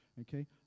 Okay